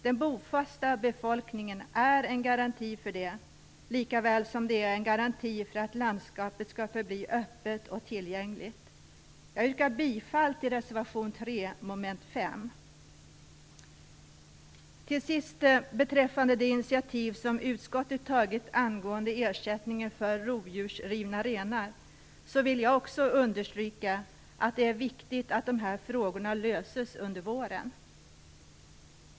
Den bofasta befolkningen är en garanti för det, likaväl som den är en garanti för att landskapet skall förbli öppet och tillgängligt. Jag yrkar bifall till reservation 3, moment 5. Jag vill också, beträffande det initiativ som utskottet har tagit om rovdjursrivna renar, understryka att det är viktigt att dessa frågor löses under våren.